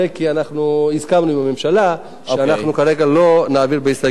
כי אנחנו הסכמנו עם הממשלה שכרגע לא נעביר בהסתייגויות.